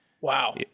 Wow